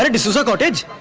and d'souza cottage.